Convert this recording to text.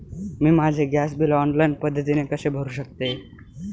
मी माझे gas bill online पद्धतीने कसे भरु शकते?